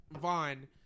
Vaughn